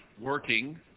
working